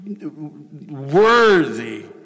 worthy